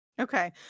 Okay